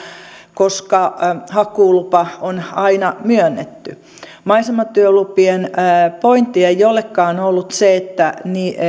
koska hakkuulupa on aina myönnetty maisematyölupien pointti ei olekaan ollut se että